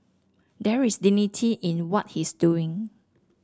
there is dignity in what he's doing